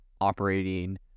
operating